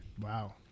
Wow